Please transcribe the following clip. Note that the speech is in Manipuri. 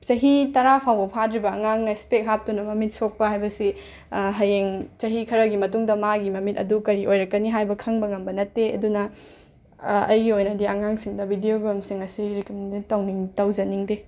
ꯆꯍꯤ ꯇꯔꯥ ꯐꯥꯎꯕ ꯐꯥꯗ꯭ꯔꯤꯕ ꯑꯉꯥꯡꯅ ꯁ꯭ꯄꯦꯛ ꯍꯥꯞꯇꯨꯅ ꯃꯃꯤꯠ ꯁꯣꯛꯄ ꯍꯥꯏꯕꯁꯤ ꯍꯌꯦꯡ ꯆꯍꯤ ꯈꯔꯒꯤ ꯃꯇꯨꯡꯗ ꯃꯥꯒꯤ ꯃꯃꯤꯠ ꯑꯗꯨ ꯀꯔꯤ ꯑꯣꯏꯔꯛꯀꯅꯤ ꯍꯥꯏꯕ ꯈꯪꯕ ꯉꯝꯕ ꯅꯠꯇꯦ ꯑꯗꯨꯅ ꯑꯩꯒꯤ ꯑꯣꯏꯅꯗꯤ ꯑꯉꯥꯡꯁꯤꯡꯗ ꯕꯤꯗꯤꯑꯣ ꯒꯝꯁꯤꯡ ꯑꯁꯤ ꯇꯧꯅꯤꯡ ꯇꯧꯖꯅꯤꯡꯗꯦ